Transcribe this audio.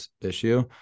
issue